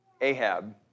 Ahab